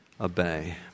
obey